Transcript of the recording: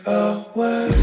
away